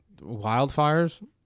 wildfires